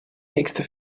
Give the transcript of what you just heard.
nächste